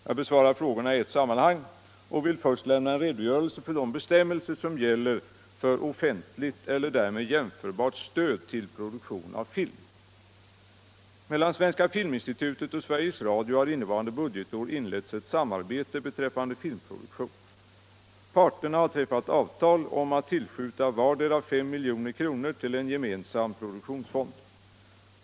Jag besvarar frågorna i ett sammanhang och vill först lämna en redogörelse för de bestämmelser som gäller för offentligt eller därmed jämförbart stöd till produktion av film. Mellan Svenska filminstitutet och Sveriges Radio har innevarande budgetår inletts ett samarbete beträffande filmproduktion. Parterna har träffat avtal om att tillskjuta vardera 5 milj.kr. till en gemensam produktionsfond.